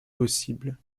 possibles